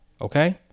Okay